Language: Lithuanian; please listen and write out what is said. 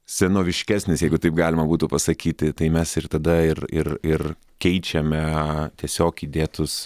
senoviškesnis jeigu taip galima būtų pasakyti tai mes ir tada ir ir ir keičiame tiesiog įdėtus